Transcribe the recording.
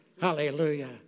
Hallelujah